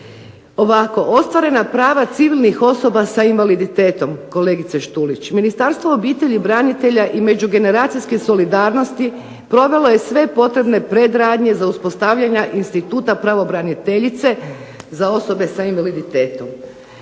Ovako, ostvarena prava civilnih osoba sa invaliditetom kolegice Štulić, Ministarstvo obitelji, branitelja i međugeneracijske solidarnosti provelo je sve potrebne predradnje za uspostavljanja instituta pravobraniteljice za osobe sa invaliditetom.